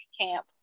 camp